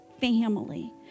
family